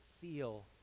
feel